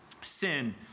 sin